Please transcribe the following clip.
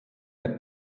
der